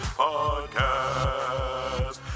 podcast